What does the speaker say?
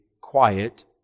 quiet